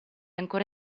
ancora